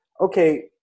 okay